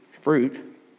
fruit